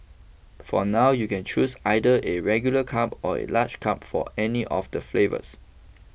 for now you can choose either a regular cup or a large cup for any of the flavours